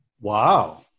Wow